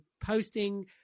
posting